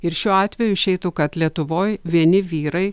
ir šiuo atveju išeitų kad lietuvoj vieni vyrai